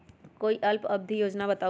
कोई अल्प अवधि योजना बताऊ?